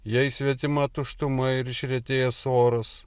jai svetima tuštuma ir išretėjęs oras